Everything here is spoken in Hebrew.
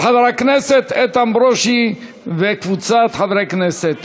של חבר הכנסת איתן ברושי וקבוצת חברי הכנסת,